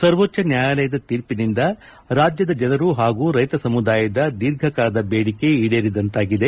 ಸರ್ವೋಚ್ವ ನ್ಯಾಯಾಲಯದ ತೀರ್ಪಿನಿಂದ ರಾಜ್ಯದ ಜನರ ಹಾಗೂ ರೈತ ಸಮುದಾಯದ ಧೀರ್ಘ ಕಾಲದ ಬೇಡಿಕೆ ಈಡೇರಿಕೆಯಾಗಿದೆ